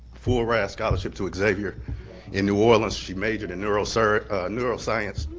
full-ride scholarship to xavier in new orleans. she majored in neural so neural science.